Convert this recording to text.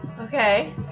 Okay